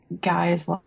guys